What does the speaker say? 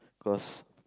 cause